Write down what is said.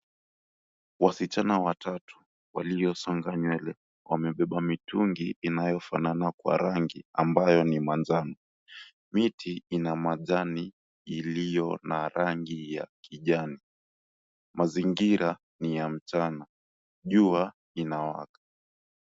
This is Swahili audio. Wasichana watatu waliosonga nywele, wamebeba mitungi inayofanana kwa rangi ambayo ni manjano. Miti ina majani iliyo na rangi ya kijani. Mazingira ni ya mchana. Jua inawaka.